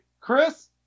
Chris